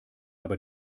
aber